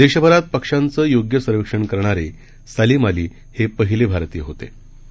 देशभरात पक्ष्यांचं योग्य सर्वेक्षण करणारे सालीम अली हे पहिले भारतीय होके